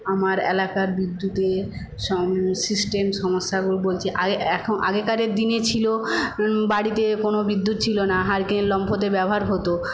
আমার এলাকার বিদ্যুতের সম সিস্টেম সমস্যা বলছি আগে এখন আগেকার দিনে ছিলো বাড়িতে কোনো বিদ্যুৎ ছিলো না হারিকেন লম্পতে ব্যবহার হত